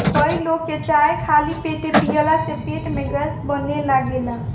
कई लोग के चाय खाली पेटे पियला से पेट में गैस बने लागेला